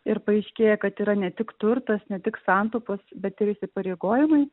ir paaiškėja kad yra ne tik turtas ne tik santaupas bet ir įsipareigojimai